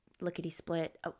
lickety-split